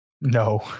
no